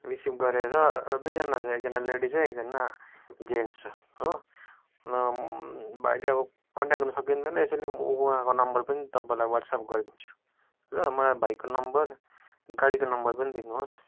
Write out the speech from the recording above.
receive गरेर दुईजना छ एकजना लेडी छ एकजना जेन्स छ हो भाइले अब कन्ट्याक गर्न सकिँदैन यसैले म उहाँको नम्बर पनि तपाईँलाई वाट्स्याप गरिदिन्छु ल मलाई भाइको नम्बर गाडीको नम्बर पनि दिनुहोस्